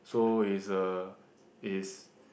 so is a is